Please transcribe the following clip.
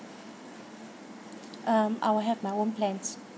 um I will have my own plans